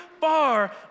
far